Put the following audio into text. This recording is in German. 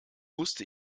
musste